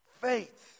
faith